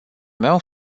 meu